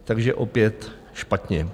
Takže opět špatně.